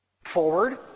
Forward